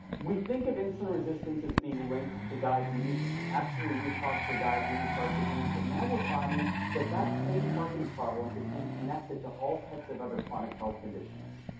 we think of insulin resistance as being linked to diabetes. absolutely, root cause for diabetes, heart disease, but now we're finding that that same parking problem is being connected to all types of other chronic health conditions.